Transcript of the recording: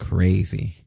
Crazy